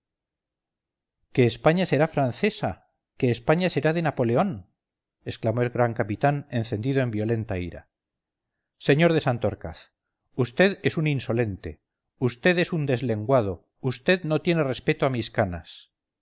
que españa será francesa que españa será de napoleón exclamó el gran capitán encendido en violenta ira sr de santorcaz vd es un insolente usted es un deslenguado vd no tiene respeto a mis canas